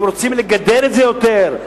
אם רוצים לגדר את זה יותר,